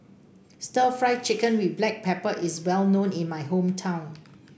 stir Fry Chicken with Black Pepper is well known in my hometown